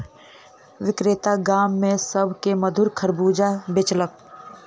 विक्रेता गाम में सभ के मधुर खरबूजा बेचलक